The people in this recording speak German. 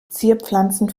zierpflanzen